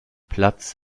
platz